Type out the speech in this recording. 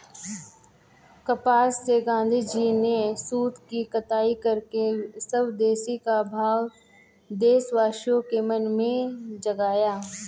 कपास से गाँधीजी ने सूत की कताई करके स्वदेशी का भाव देशवासियों के मन में जगाया